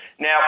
Now